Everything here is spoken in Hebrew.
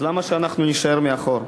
אז למה שאנחנו נישאר מאחור?